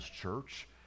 Church